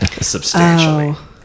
substantially